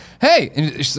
Hey